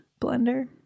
blender